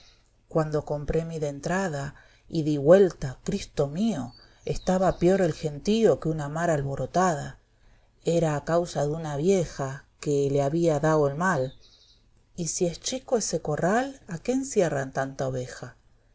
cuando compré mi dentrada y di güelta i cristo mío estaba pior el gentío que una mar alborotada era a causa de una deja que le había dao el mal e dex campo y si es chico ese corral a qué encierran tanta oveja